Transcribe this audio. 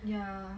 ya